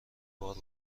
بار